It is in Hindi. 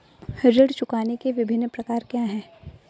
ऋण चुकाने के विभिन्न प्रकार क्या हैं?